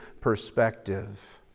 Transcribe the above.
perspective